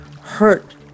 hurt